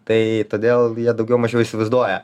tai todėl jie daugiau mažiau įsivaizduoja